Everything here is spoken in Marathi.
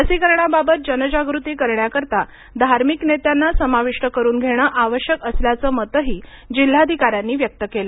लसीकरणाबाबत जनजागृती करण्याकरीता धार्मिक नेत्यांना समाविष्ट करून घेणं आवश्यक असल्हयाचं मतही जिल्हाधिकाऱ्यांनी व्यक्त केलं